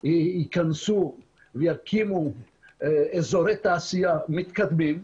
ייכנסו ויקימו אזורי תעשייה מתקדמים,